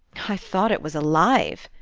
i thought it was alive,